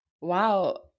Wow